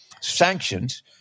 sanctions